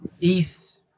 east